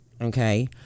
Okay